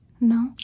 No